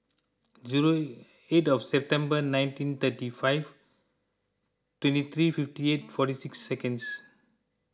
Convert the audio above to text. zero eight of September nineteen thirty five twenty three fifty eight forty six seconds